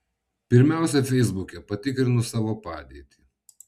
pirmiausia feisbuke patikrinu savo padėtį